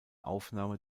aufnahme